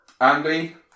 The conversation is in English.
Andy